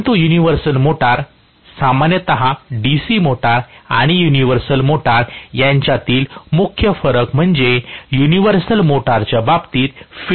परंतु universal motor सामान्य DC motor आणि युनिव्हर्सल मोटर यांच्यातील मुख्य फरक म्हणजे युनिव्हर्सल मोटरच्या बाबतीत फील्ड लॅमिनेटेड होणार आहे